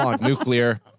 Nuclear